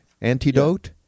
Antidote